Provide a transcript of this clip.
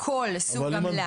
כל סוג עמלה.